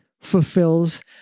fulfills